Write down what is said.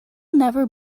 never